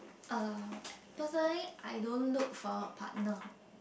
uh personally I don't look for a partner